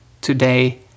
today